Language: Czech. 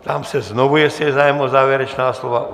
Ptám se znovu, jestli je zájem o závěrečná slova.